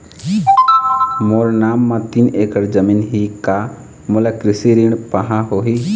मोर नाम म तीन एकड़ जमीन ही का मोला कृषि ऋण पाहां होही?